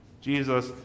Jesus